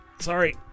Sorry